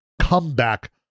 comeback